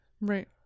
Right